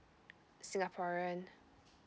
singaporean